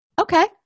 Okay